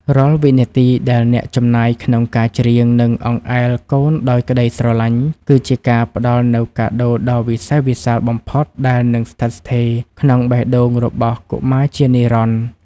រាល់វិនាទីដែលអ្នកចំណាយក្នុងការច្រៀង និងអង្អែលកូនដោយក្ដីស្រឡាញ់ គឺជាការផ្ដល់នូវកាដូដ៏វិសេសវិសាលបំផុតដែលនឹងស្ថិតស្ថេរក្នុងបេះដូងរបស់កុមារជានិរន្តរ៍។